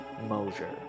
Mosier